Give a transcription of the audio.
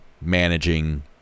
managing